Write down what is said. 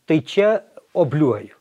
tai čia obliuoju